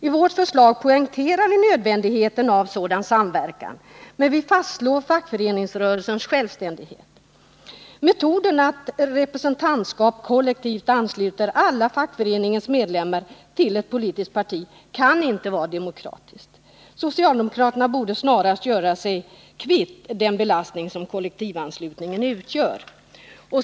I vårt förslag poängterar vi nödvändigheten av sådan samverkan, men vi fastslår fackföreningsrörelsens självständighet. Metoden att representantskap kollektivt ansluter alla fackföreningens medlemmar till ett politiskt parti kan inte vara demokratisk. Socialdemokraterna borde snarast göra sig kvitt den belastning som kollektivanslutningen utgör.